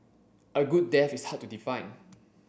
a good death is hard to define